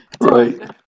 Right